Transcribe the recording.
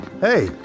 Hey